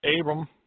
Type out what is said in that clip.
Abram